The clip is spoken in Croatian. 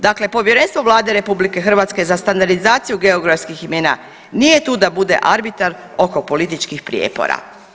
Dakle, Povjerenstvo Vlade RH za standardizaciju geografskih imena nije tu da bude arbitar oko političkih prijepora.